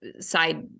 side